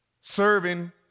serving